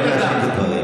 הבן-אדם.